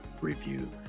review